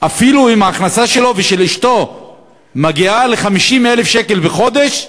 אפילו אם ההכנסה שלו ושל אשתו מגיעה ל-50,000 שקל בחודש,